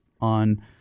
on